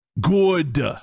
good